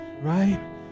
right